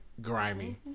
grimy